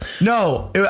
No